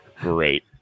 great